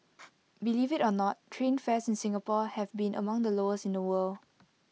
believe IT or not train fares in Singapore have been among the lowest in the world